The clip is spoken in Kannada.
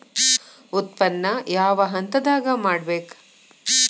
ಉತ್ಪನ್ನ ಯಾವ ಹಂತದಾಗ ಮಾಡ್ಬೇಕ್?